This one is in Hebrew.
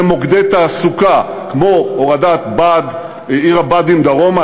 זה מוקדי תעסוקה כמו הורדת עיר הבה"דים דרומה,